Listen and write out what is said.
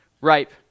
ripe